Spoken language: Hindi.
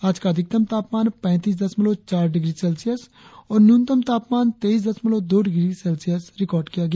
आज का अधिकतम तापमान पैंतीस दशमलव चार डिग्री सेल्सियस और न्यूनतम तापमान तेईस दशमलव दो डिग्री सेल्सियस रिकार्ड किया गया